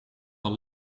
van